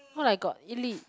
what I got 一粒